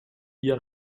via